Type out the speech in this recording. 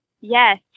Yes